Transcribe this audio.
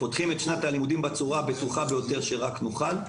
פותחים את שנת הלימודים בצורה הבטוחה ביותר שנוכל.